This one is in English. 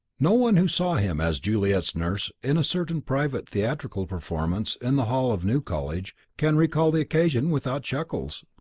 no one who saw him as juliet's nurse in a certain private theatrical performance in the hall of new college can recall the occasion without chuckles.